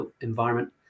environment